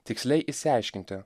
tiksliai išsiaiškinti